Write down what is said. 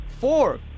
Four